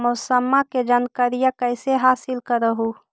मौसमा के जनकरिया कैसे हासिल कर हू?